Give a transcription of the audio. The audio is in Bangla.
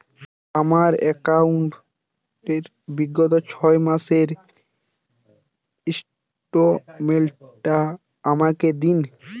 আমার অ্যাকাউন্ট র বিগত ছয় মাসের স্টেটমেন্ট টা আমাকে দিন?